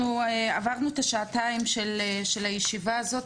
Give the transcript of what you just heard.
אנחנו עברנו את השעתיים של הישיבה הזו.